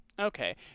Okay